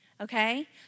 Okay